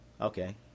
Okay